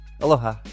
Aloha